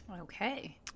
Okay